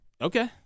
Okay